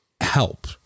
help